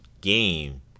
game